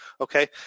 Okay